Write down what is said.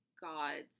gods